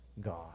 God